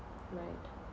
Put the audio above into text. right